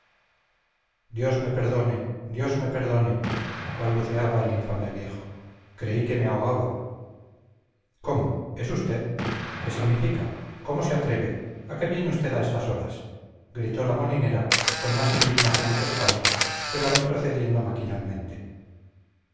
dios me perdone dios me perdone balbuceaba el infame viejo creí que me ahogaba cómo es usted qué significa cómo se atreve a qué viene usted a estas horas gritó la molinera con más indignación que espanto pero retrocediendo maquinalmente